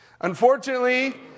Unfortunately